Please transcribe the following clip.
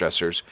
stressors